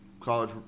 college